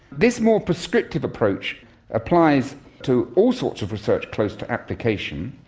this more prescriptive approach applies to all sorts of research close to application,